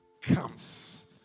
comes